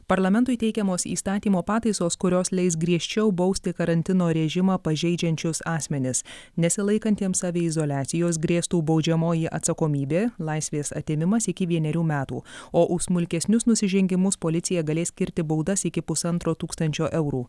parlamentui teikiamos įstatymo pataisos kurios leis griežčiau bausti karantino režimą pažeidžiančius asmenis nesilaikantiems saviizoliacijos grėstų baudžiamoji atsakomybė laisvės atėmimas iki vienerių metų o už smulkesnius nusižengimus policija galės skirti baudas iki pusantro tūkstančio eurų